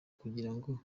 kugirango